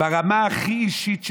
ברמה הכי אישית שלהם,